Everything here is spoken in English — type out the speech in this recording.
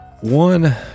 One